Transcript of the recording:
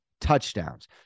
touchdowns